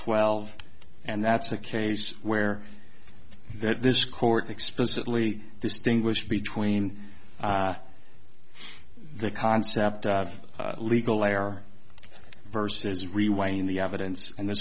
twelve and that's the case where this court explicitly distinguished between the concept of legal layer versus rewind the evidence and th